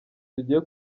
tugiye